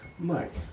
Mike